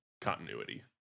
continuity